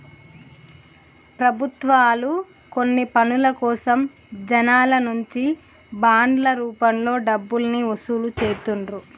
ప్రభుత్వాలు కొన్ని పనుల కోసం జనాల నుంచి బాండ్ల రూపంలో డబ్బుల్ని వసూలు చేత్తండ్రు